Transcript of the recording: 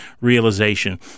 realization